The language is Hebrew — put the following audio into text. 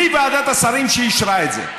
מי ועדת השרים שאישרה את זה?